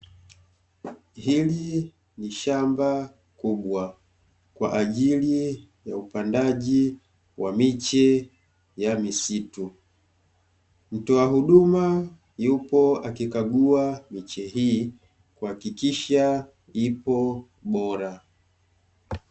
Hili ni shamba kubwa kwa ajili ya upandaji wa miche ya misitu. Mtoa huduma yuko akikagua miche hii kuhakikisha ipo bora.